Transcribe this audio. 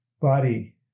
body